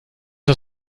das